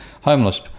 homeless